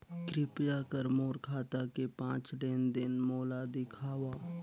कृपया कर मोर खाता के पांच लेन देन मोला दिखावव